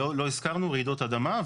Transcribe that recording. לא הזכרנו רעידות אדמה,